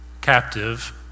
captive